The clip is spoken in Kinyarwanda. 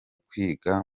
kwiga